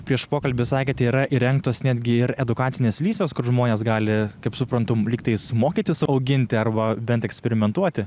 prieš pokalbį sakėte yra įrengtos netgi ir edukacinės lysvės kur žmonės gali kaip suprantu lygtais mokytis auginti arba bent eksperimentuoti